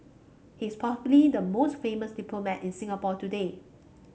he's probably the most famous diplomat in Singapore today